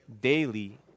Daily